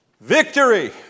victory